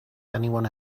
anyone